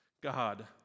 God